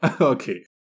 Okay